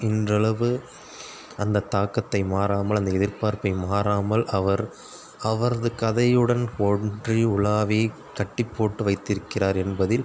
இன்றளவு அந்த தாக்கத்தை மாறாமல் அந்த எதிர்பார்ப்பை மாறாமல் அவர் அவரது கதையுடன் ஒன்றி உலாவி கட்டி போட்டு வைத்திருக்கிறார் என்பதில்